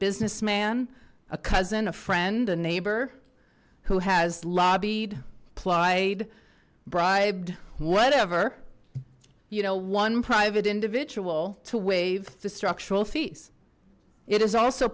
businessman a cousin a friend a neighbor who has lobbied plied bribed whatever you know one private individual to waive the structural fees it is also